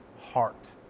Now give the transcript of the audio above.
heart